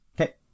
Okay